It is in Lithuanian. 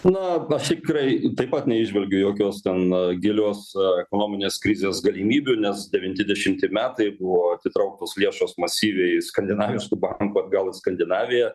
na aš tikrai taip pat neįžvelgiu jokios ten gilios ekonominės krizės galimybių nes devinti dešimti metai buvo atitrauktos lėšos masyviai skandinavijos tų bankų atgal į skandinaviją